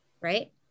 right